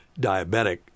diabetic